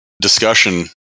discussion